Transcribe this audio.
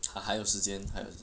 ha 还有时间还有